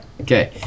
Okay